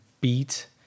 beat